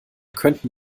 könnten